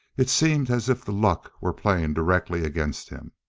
it seemed as if the luck were playing directly against him.